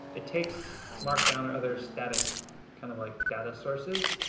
it takes markdown or other static kind of like, data sources,